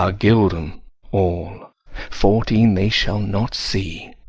i'll geld em all fourteen they shall not see,